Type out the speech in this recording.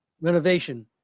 renovation